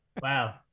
Wow